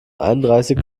einunddreißig